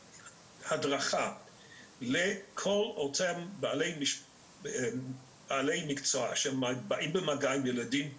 והדרכה לכל אותם בעלי מקצוע שבאים במגע עם ילדים והוריהם.